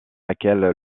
laquelle